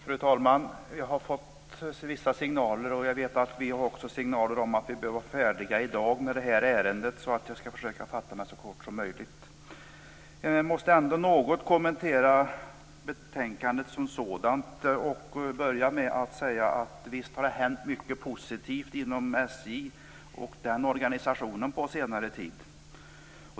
Fru talman! Vi har fått vissa signaler om att vi bör vara färdiga i dag med behandlingen av detta ärende. Jag skall därför försöka att fatta mig så kort som möjligt, men jag måste ändå kommentera betänkandet som sådant. Visst har det hänt mycket positivt inom SJ och dess organisation på senare tid.